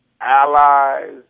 allies